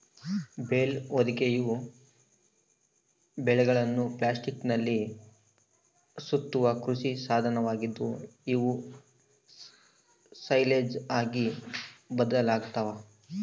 bale ಹೊದಿಕೆಯು ಬೇಲ್ಗಳನ್ನು ಪ್ಲಾಸ್ಟಿಕ್ನಲ್ಲಿ ಸುತ್ತುವ ಕೃಷಿ ಸಾಧನವಾಗಿದ್ದು, ಅವು ಸೈಲೇಜ್ ಆಗಿ ಬದಲಾಗ್ತವ